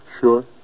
Sure